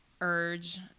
urge